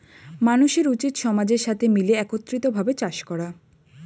মানুষের উচিত সমাজের সাথে মিলে একত্রিত ভাবে চাষ করা